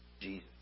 Jesus